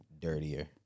dirtier